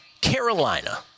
Carolina